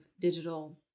digital